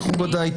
מכובדיי,